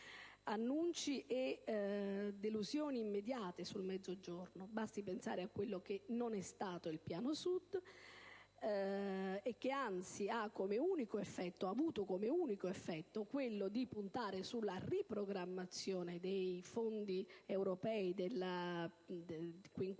provocare delusioni immediate al Mezzogiorno: basti pensare a quello che non è stato il piano per il Sud che, anzi, ha avuto come unico effetto quello di puntare sulla riprogrammazione dei fondi europei del quinquennio